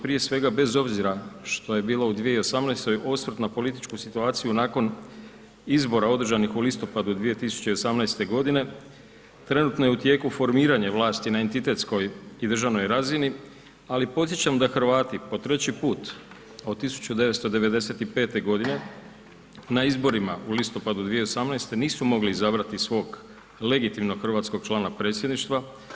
Prije svega, bez obzora što je bilo u 2018., osvrt na političku situaciju nakon izbora održanih u listopadu 2018. g., trenutno je u tijeku formiranje vlasti na entitetskoj i državnoj razini ali podsjećam da Hrvati po treći put od 1995. g. na izborima u listopadu 2018. nisu mogli izabrati svog legitimnog hrvatskog člana Predsjedništva.